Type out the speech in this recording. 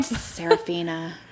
Serafina